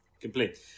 Complete